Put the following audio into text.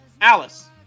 Alice